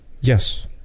Yes